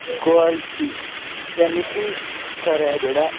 quality यानि कि स्तर ऐ जेह्ड़ा